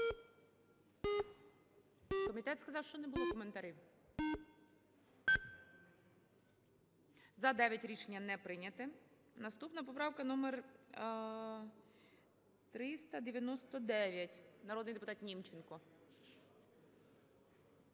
Комітет сказав, що не було коментарів. 13:01:59 За-9 Рішення не прийнято. Наступна поправка - номер 399. Народний депутат Німченко.